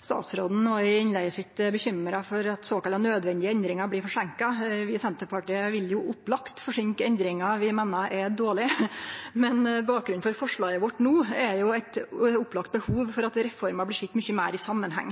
Statsråden var i innlegget sitt bekymra for at såkalla nødvendige endringar blir forseinka. Vi i Senterpartiet vil opplagt forseinka endringar vi meiner er dårlege, men bakgrunnen for forslaget vårt no er eit opplagt behov for at reformer blir sett mykje meir i samanheng.